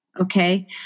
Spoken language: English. Okay